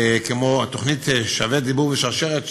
כמו התוכניות "שווה דיבור" ו"שרשרת",